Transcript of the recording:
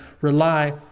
rely